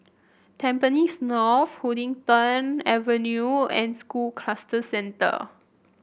Tampines North Huddington Avenue and School Cluster Centre